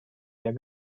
der